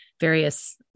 various